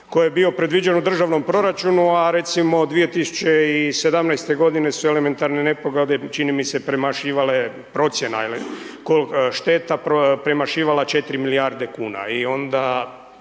koje je bio predviđen u državnom proračunu, a recimo 2017. godine su elementarne nepogode čini mi se premašivale, procjena šteta premašivala 4 milijarde kuna.